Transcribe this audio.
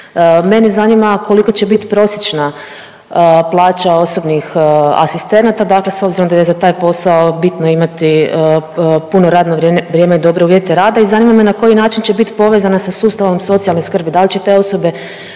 Mene zanima kolika će biti prosječna plaća osobnih asistenata, dakle s obzirom da je za taj posao bitno imati puno radno vrijeme i dobre uvjete rada i zanima me, na koji način će biti povezana sa sustavom socijalne skrbi. Da li će te osobe,